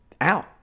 out